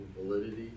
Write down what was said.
validity